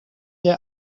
jij